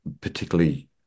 particularly